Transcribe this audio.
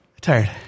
Tired